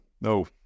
No